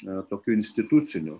na tokiu instituciniu